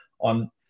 on